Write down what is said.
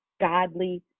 godly